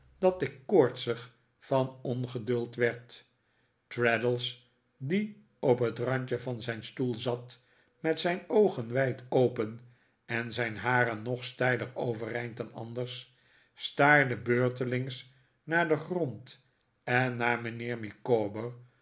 dat ik koortsig van ongeduld werd traddles die op het randje van zijn stoel zat met zijn oogen wijd open en zijn haren nog steiler overeind dan anders staarde beurtelings naar den grond en naar mijnheer